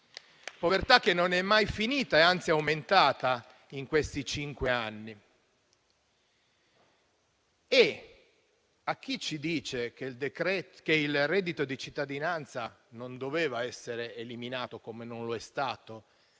povertà che non è mai finita, ma anzi è aumentata negli ultimi cinque anni. A chi ci dice che il reddito di cittadinanza non doveva essere eliminato - come non lo è stato